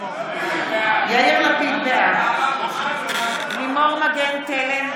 בעד לימור מגן תלם,